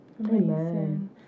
Amen